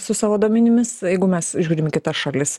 su savo duomenimis jeigu mes žiūrim į kitas šalis